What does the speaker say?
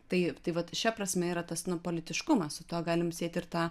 tai tai vat šia prasme yra tas politiškumas su tuo galim siet ir tą